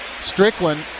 Strickland